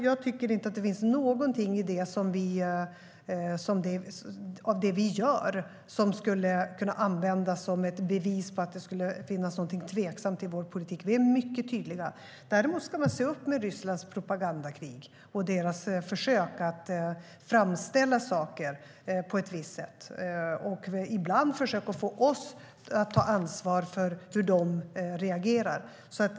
Jag tycker inte att någonting av det vi gör skulle kunna användas som bevis på att det finns något tveksamt i vår politik. Vi är mycket tydliga. Däremot ska man se upp med Rysslands propagandakrig och deras försök att framställa saker på ett visst sätt. Ibland försöker de få oss att ta ansvar för hur de reagerar.